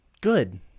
good